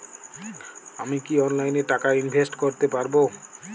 আমি কি অনলাইনে টাকা ইনভেস্ট করতে পারবো?